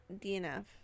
DNF